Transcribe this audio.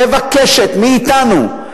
מבקשות מאתנו,